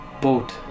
Boat